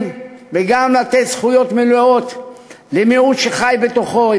וגם לתת זכויות מלאות למיעוט שחי בתוכו,